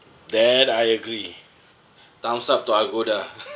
that I agree thumbs up to agoda